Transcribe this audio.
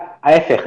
ההיפך,